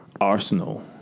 arsenal